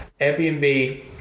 Airbnb